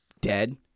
dead